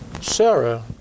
Sarah